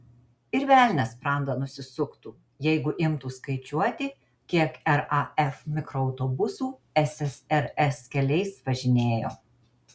ir velnias sprandą nusisuktų jeigu imtų skaičiuoti kiek raf mikroautobusų ssrs keliais važinėjo